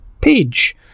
page